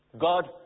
God